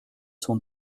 son